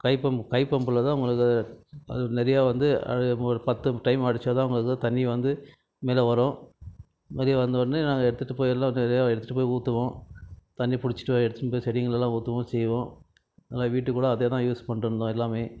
கைப்பம்ப்பு கைப்பம்ப்பில் தான் உங்களுக்கு அதில் நிறையா வந்து அதில் ஒரு பத்து டைம் அடித்தா தான் உங்களுக்கு தண்ணி வந்து மேலே வரும் நிறைய வந்தவொடனே நாங்கள் எடுத்துட்டு போய் எல்லாம் நிறையா எடுத்துட்டு போய் ஊற்றுவோம் தண்ணி பிடிச்சுட்டு எடுத்துட்டு போய் செடிங்களுக்கு எல்லாம் ஊற்றுவோம் செய்வோம் நல்லா வீட்டுக்குக் கூட அதே தான் யூஸ் பண்ணிகிட்டு இருந்தோம் எல்லாமே